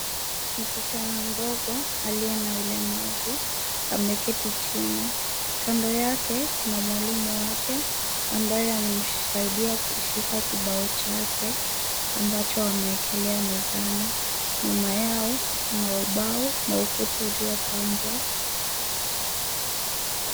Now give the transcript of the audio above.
Msichana mdogo aliye na ulemavu ameketi chini. Kando yake kuna mwalimu wake ambaye anamsaidia kushika kibao chake ambacho amewekelea mezani. Nyuma yao kuna ubao na ukuta uliopambwa.